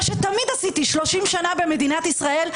מה שתמיד עשיתי 30 שנה במדינת ישראל,